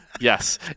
Yes